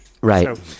right